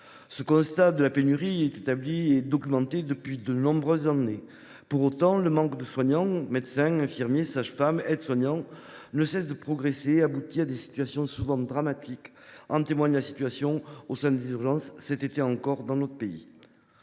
Ce constat de la pénurie est établi et documenté depuis de nombreuses années. Pour autant, le manque de soignants – médecins, infirmiers, sages femmes, aides soignants – ne cesse de progresser et aboutit à des situations souvent dramatiques. En témoigne l’état dans lequel se sont encore trouvées les urgences cet été dans notre pays.